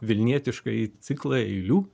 vilnietiškąjį ciklą eilių